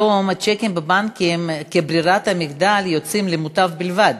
היום הצ'קים בבנקים כברירת המחדל יוצאים למוטב בלבד,